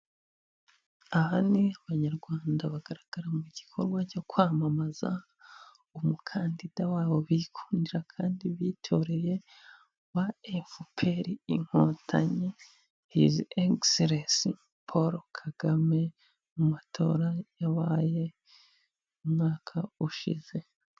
Aha ni abanyarwanda bagaragara mu gikorwa cyo kwamamaza umukandida wabo bikundira kandi bitoreye wa Efuperi Inkotanyi hizi ekiselensi Paul Kagame mu matora yabaye umwaka ushize.